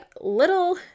little